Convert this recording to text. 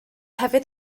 hefyd